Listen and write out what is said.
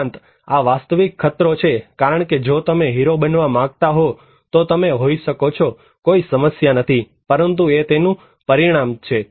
ઉપરાંત આ વાસ્તવિક ખતરો છે કારણ કે જો તમે હીરો બનવા માગતા હો તો તમે હોઈ શકો છો કોઈ સમસ્યા નથી પરંતુ એ તેનું પરિણામ છે